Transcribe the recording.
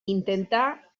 intentà